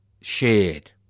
shared